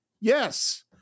yes